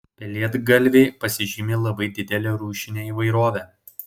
pelėdgalviai pasižymi labai didele rūšine įvairove